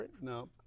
No